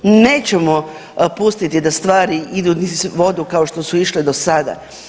Nećemo pustiti da stvari idu niz vodu kao što su išle do sada.